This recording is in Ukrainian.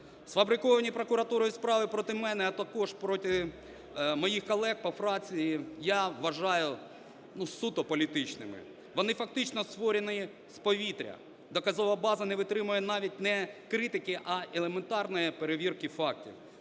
Сфабриковані прокуратурою справи проти мене, а також проти моїх колег по фракції я вважаю суто політичними. Вони фактично створені з повітря, доказова база не витримує навіть не критики, а елементарної перевірки фактів.